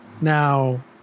Now